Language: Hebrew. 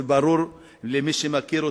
וברור למי שמכיר אותי,